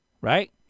right